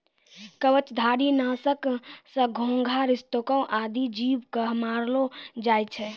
कवचधारी? नासक सँ घोघा, सितको आदि जीव क मारलो जाय छै